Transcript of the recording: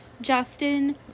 Justin